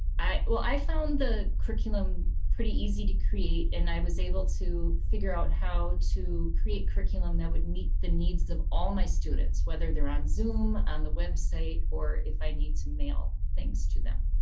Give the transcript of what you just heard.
well i found the curriculum pretty easy to create. and i was able to figure out how to create curriculum that would meet the needs of all my students. whether they're on zoom, on the website or if i need to mail things to them.